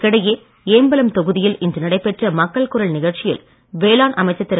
இதற்கிடையே ஏம்பலம் தொகுதியில் இன்று நடைபெற்ற மக்கள் குரல் நிகழ்ச்சியில் வேளாண் அமைச்சர் திரு